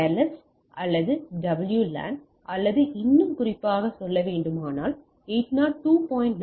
wireless அல்லது WLAN அல்லது இன்னும் குறிப்பாக 802